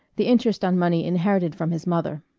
the interest on money inherited from his mother.